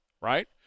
right